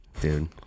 Dude